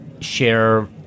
share